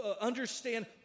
understand